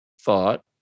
thought